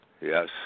yes